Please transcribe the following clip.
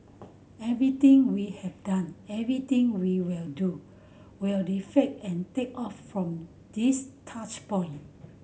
everything we have done everything we will do will reflect and take off from these touch point